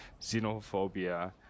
xenophobia